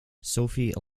sophie